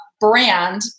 brand